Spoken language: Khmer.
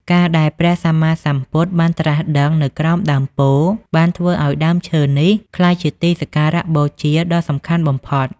ការដែលព្រះសម្មាសម្ពុទ្ធបានត្រាស់ដឹងនៅក្រោមដើមពោធិ៍ បានធ្វើឱ្យដើមឈើនេះក្លាយជាទីសក្ការៈបូជាដ៏សំខាន់បំផុត។